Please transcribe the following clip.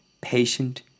patient